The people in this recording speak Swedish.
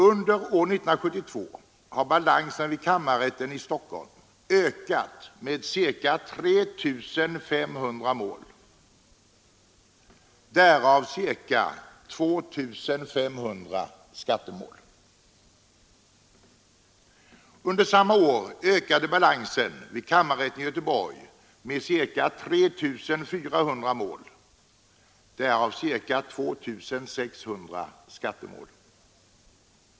Under år 1972 har balansen vid kammarrätten i Stockholm ökat med ca 3 500 mål, därav ca 2 500 skattemål. Under samma år ökade balansen vid kammarrätten i Göteborg med ca 3 400 mål, därav ca 2 600 skattemål.